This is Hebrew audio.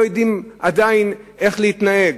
להתמודד ועדיין לא יודעים איך להתנהג,